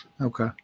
okay